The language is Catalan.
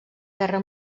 guerra